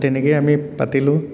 তেনেকেই আমি পাতিলোঁ